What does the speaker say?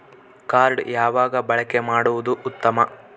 Card ಯಾವಾಗ ಬಳಕೆ ಮಾಡುವುದು ಉತ್ತಮ?